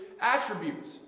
attributes